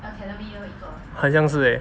很像是 leh